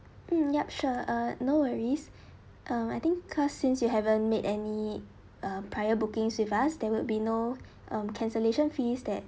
mm yup sure uh no worries um I think because since you haven't made any uh prior bookings with us there would be no um cancellation fees that